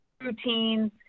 routines